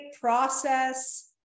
process